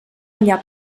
allà